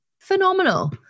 phenomenal